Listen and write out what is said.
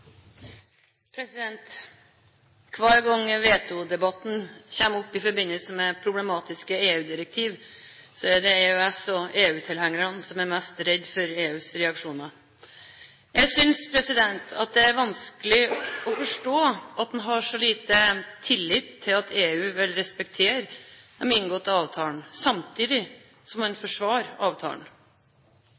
sak. Hver gang vetodebatten kommer opp i forbindelse med problematiske EU-direktiv, er det EØS- og EU-tilhengerne som er mest redd for EUs reaksjoner. Jeg synes at det er vanskelig å forstå at en har så liten tillit til at EU vil respektere de inngåtte avtalene, samtidig som en forsvarer avtalen.